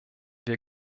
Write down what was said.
wir